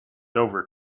over